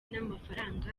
n’amafaranga